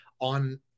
on